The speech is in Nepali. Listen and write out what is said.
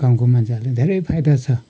गाउँको मान्छेहरूलाई धेरै फाइदा छ